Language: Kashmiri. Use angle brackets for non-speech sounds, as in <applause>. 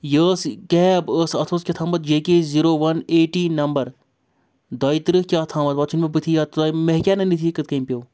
یہِ ٲس کیب ٲس اَتھ اوس کیٛاہ تامَتھ J K zero one A T number دۄیہِ ترٕٛہ کیٛاہ تامَتھ <unintelligible> چھُنہٕ بٕتھِ یاد تۄہہِ مےٚ ہیٚکیا نِتھ یہِ کِتھ کٔنۍ پیوٚو